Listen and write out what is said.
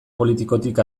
politikotik